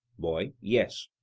boy yes.